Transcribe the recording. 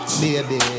baby